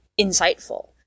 insightful